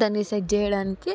దాన్ని సెట్ చేయడానికి